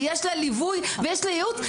ויש לה ליווי ויש לה ייעוץ.